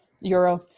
Euro